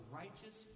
righteous